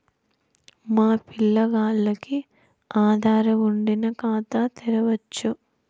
మా పిల్లగాల్లకి ఆదారు వుండిన ఖాతా తెరవచ్చు